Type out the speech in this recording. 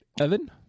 Evan